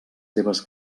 seves